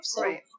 Right